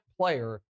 player